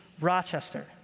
Rochester